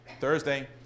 Thursday